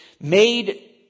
made